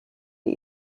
die